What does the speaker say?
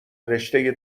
رشته